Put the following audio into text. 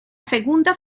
segunda